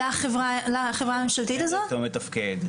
לא מתפקד.